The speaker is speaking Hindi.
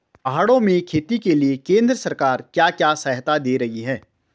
पहाड़ों में खेती के लिए केंद्र सरकार क्या क्या सहायता दें रही है?